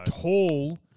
tall